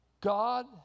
God